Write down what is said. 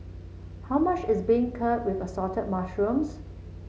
how much is beancurd with Assorted Mushrooms